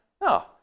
no